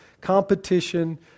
competition